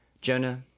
Jonah